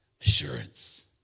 assurance